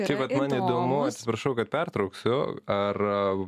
tai vat nu neįdomu atsiprašau kad pertrauksiu ar